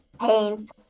paint